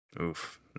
Oof